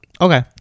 okay